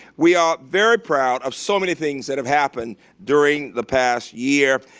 we are very proud of so many things that have happened during the past year.